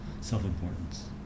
self-importance